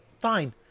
Fine